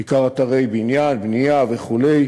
בעיקר אתרי בנייה וכו',